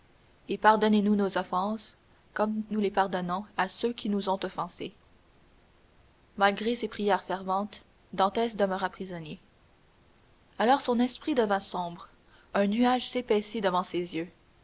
et pardonnez-nous nos offenses comme nous les pardonnons à ceux qui nous ont offensés malgré ses prières ferventes dantès demeura prisonnier alors son esprit devint sombre un nuage s'épaissit devant ses yeux